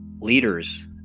leaders